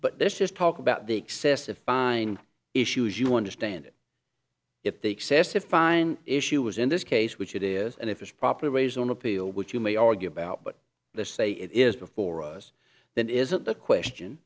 but there's just talk about the excessive fine issues you understand it if the excessive fine issue was in this case which it is and if it's properly raised on appeal which you may argue about but let's say it is before us that isn't the question